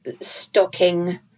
stocking